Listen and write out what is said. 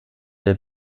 der